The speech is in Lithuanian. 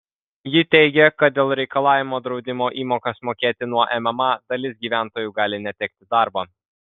ji teigė kad dėl reikalavimo draudimo įmokas mokėti nuo mma dalis gyventojų gali netekti darbo